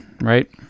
right